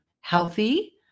healthy